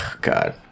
God